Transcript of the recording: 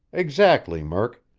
exactly, murk.